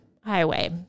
highway